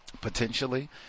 potentially